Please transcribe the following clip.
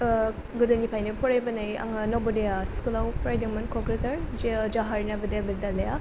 गोदोनिफ्रायनो फरायबोनाय आङो नवोदया स्कुलाव फरायदोंमोन क'क्राझार जवाहर नवोदय विद्दालया